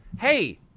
Hey